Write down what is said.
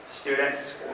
Students